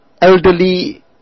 elderly